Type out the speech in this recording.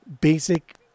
basic